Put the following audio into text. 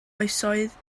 oesoedd